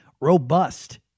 robust